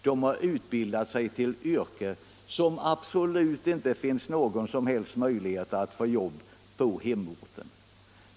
De har utbildat sig till ett yrke där det absolut inte finns möjlighet att få jobb på hemorten.